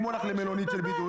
אם הוא הלך למלונית בבידוד?